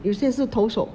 有些是头手